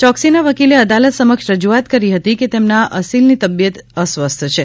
ચોક્સીના વકીલે અદાલત સમક્ષ રજુઆત કરી હતી કે તેમના અસીલની તબીયત અસ્વસ્થ છે